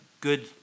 good